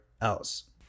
else